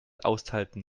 aushalten